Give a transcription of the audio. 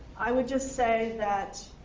i would just say that,